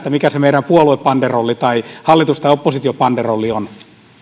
mikä se meidän puoluebanderollimme tai hallitus tai oppositiobanderollimme on